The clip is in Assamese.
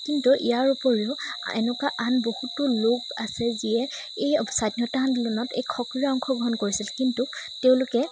কিন্তু ইয়াৰ উপৰিও এনেকুৱা আন বহুতো লোক আছে যিয়ে এই স্বাধীনতা আনন্দোলনত এই সক্ৰিয় অংশগ্ৰহণ কৰিছিল কিন্তু তেওঁলোকে